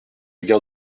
gare